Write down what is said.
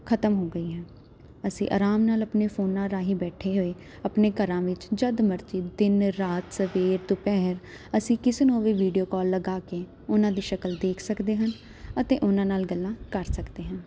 ਖਤਮ ਹੋ ਗਈ ਹੈ ਅਸੀਂ ਆਰਾਮ ਨਾਲ ਆਪਣੇ ਫੋਨਾਂ ਰਾਹੀਂ ਬੈਠੇ ਹੋਏ ਆਪਣੇ ਘਰਾਂ ਵਿੱਚ ਜਦੋਂ ਮਰਜ਼ੀ ਦਿਨ ਰਾਤ ਸਵੇਰ ਦੁਪਹਿਰ ਅਸੀਂ ਕਿਸੇ ਨੂੰ ਵੀ ਵੀਡੀਓ ਕਾਲ ਲਗਾ ਕੇ ਉਹਨਾਂ ਦੀ ਸ਼ਕਲ ਦੇਖ ਸਕਦੇ ਹਨ ਅਤੇ ਉਹਨਾਂ ਨਾਲ ਗੱਲਾਂ ਕਰ ਸਕਦੇ ਹਾਂ